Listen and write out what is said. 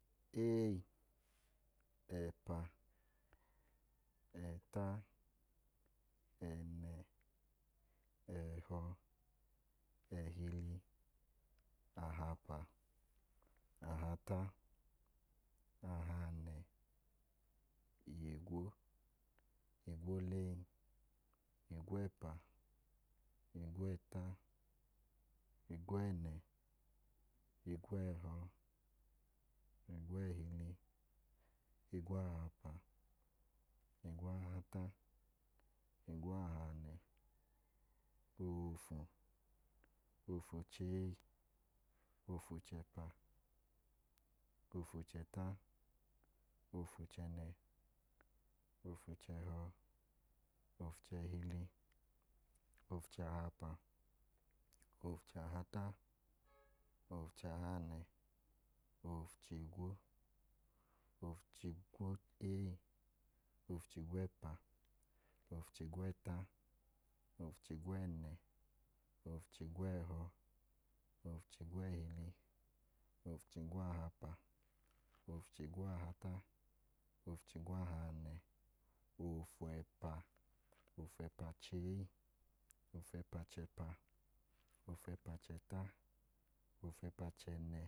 Ee, ẹpa, ẹta, ẹnẹ, ẹhọ, ẹhili, ahapa, ahata, ahanẹ, igwo, igwolee, igwẹpa, igwẹta, igwẹnẹ, igwẹhọ, igwẹhili, igwahapa, igwahata, igwahanẹ, ofu, ofu-chee, ofu-chẹpa, ofu-chẹta, ofu-chẹnẹ, ofu-chẹhọ, ofu-chẹhili, ofu-chahapa, ofu-chahata, ofu-chahanẹ, ofu-chigwo, ofu-chigwolee, ofu-chigwẹpa, ofu-chigwẹta, ofu-chigwẹnẹ, ofu-chigwẹhọ, ofu-chigwẹhili, ofu-chigwahapa, ofu-chigwahata, ofu-chigwahanẹ, ofẹpa, ofẹpa-chee, ofẹpa-chẹpa, ofẹpa-chẹta, ofẹpa-chẹnẹ